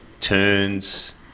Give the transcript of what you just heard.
turns